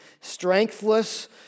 strengthless